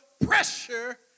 pressure